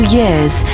years